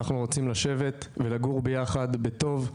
אנחנו רוצים לשבת ולגור ביחד בטוב,